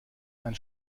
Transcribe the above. ein